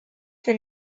the